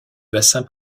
bassin